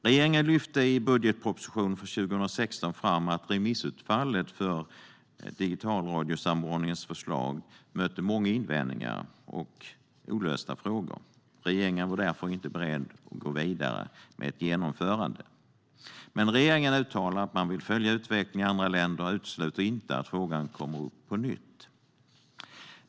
Regeringen lyfte i budgetpropositionen för 2016 fram remissutfallet i fråga om Digitalradiosamordningens förslag. Det var många invändningar och olösta frågor. Regeringen var därför inte beredd att gå vidare med ett genomförande. Men regeringen uttalar att man vill följa utvecklingen i andra länder, och man utesluter inte att frågan kommer upp på nytt.